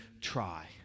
try